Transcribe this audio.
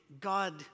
God